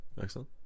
excellent